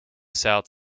south